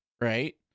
right